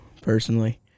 personally